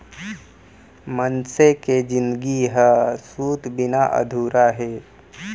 मनसे के जिनगी ह सूत बिना अधूरा हे